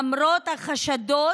למרות החשדות